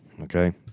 okay